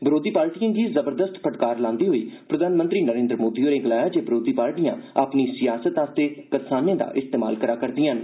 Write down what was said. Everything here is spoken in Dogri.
बरोधी पार्टिएं गी जबरदस्त फटकार लांदे होई प्रधानमंत्री मोदी होरें गलाया जे बरोधी पार्टियां अपनी सियासत लेई करसानें दा इस्तेमाल करा करदिआं न